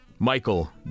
Michael